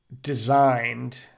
designed